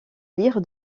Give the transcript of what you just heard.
lire